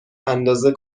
اندازه